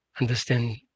understand